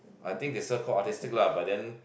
I think they still call artistic lah but then